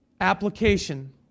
application